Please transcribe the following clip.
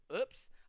oops